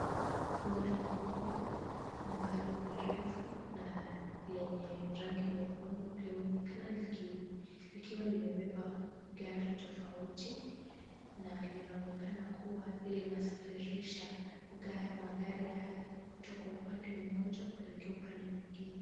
Lori kubwa ambalo ni refu na lenye rangi nyekundu limeonekana likiwa limebeba gari tofauti na linaonekana kuwa linasafirisha magari hayo, kutoka upande mmoja kuelekea upande mwingine.